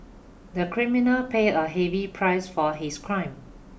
the criminal pay a heavy price for his crime